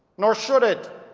nor should it.